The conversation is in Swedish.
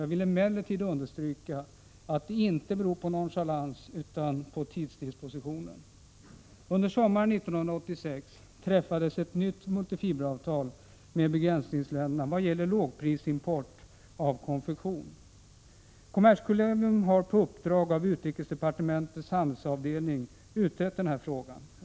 Jag vill emellertid understryka att det inte beror på nonchalans utan på tidsdispositionen. Under sommaren 1986 träffades ett nytt multifiberavtal med begränsningsländerna i vad gäller lågprisimport av konfektion. Kommerskollegium har på uppdrag av utrikesdepartementets handelsavdelning utrett frågan.